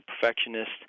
perfectionist